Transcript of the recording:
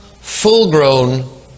full-grown